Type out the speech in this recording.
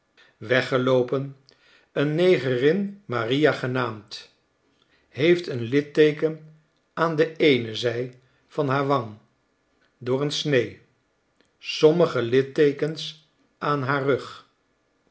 weggeloopen een negerin maria genaamd heeft een litteeken aan de eene zij van haar wang door een snee sommige litteekens aan haar rug